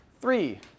Three